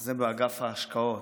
זה באגף ההשקעות.